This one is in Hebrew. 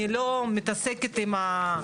אני לא מתעסקת עם התיאוריות.